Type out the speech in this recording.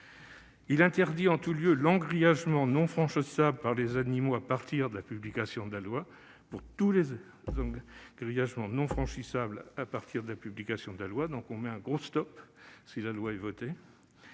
elle interdit en tout lieu l'engrillagement non franchissable par les animaux à partir de la publication de la loi.